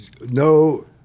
no